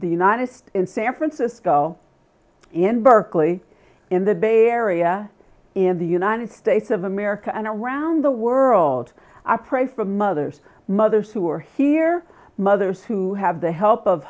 the united states in san francisco in berkeley in the bay area in the united states of america and around the world i pray for mothers mothers who are here mothers who have the help of